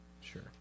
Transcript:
Sure